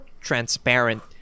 transparent